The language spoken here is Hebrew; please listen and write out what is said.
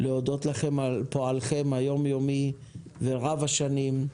להודות לכם על פועלכם היום-יומי ורב השנים.